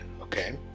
okay